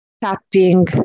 tapping